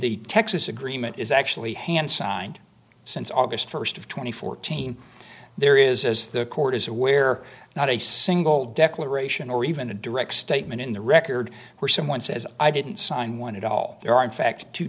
the texas agreement is actually hand signed since august st of two thousand and fourteen there is as the court is aware not a single declaration or even a direct statement in the record where someone says i didn't sign one at all there are in fact two